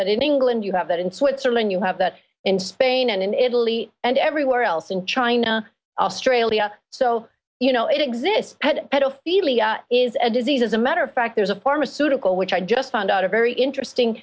that in england you have that in switzerland you have that in spain and italy and everywhere else in china australia so you know it exists at all is a disease as a matter of fact there's a pharmaceutical which i just found out a very interesting